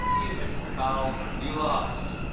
you, mitch mcconnell. you lost.